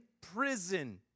prison